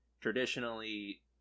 traditionally